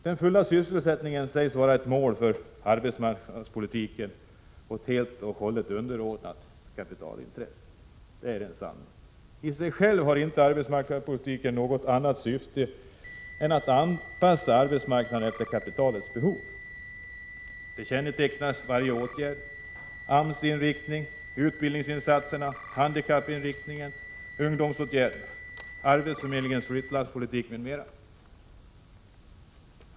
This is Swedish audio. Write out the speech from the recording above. Den fulla sysselsättningen sägs vara ett mål för arbetsmarknadspolitiken, men detta är helt och hållet underordnat kapitalintresset. Det är en sanning. I sig själv har arbetsmarknadspolitiken inte något annat syfte än att anpassa arbetsmarknaden efter kapitalets behov. Det kännetecknar varje åtgärd: AMS inriktning, utbildningsinsatserna, handikappinriktningen, ungdomsåtgärderna, arbetsförmedlingens flyttlasspolitik m.m.